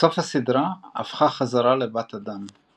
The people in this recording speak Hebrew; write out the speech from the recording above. בסוף הסדרה הפכה חזרה לבת אדם.